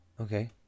Okay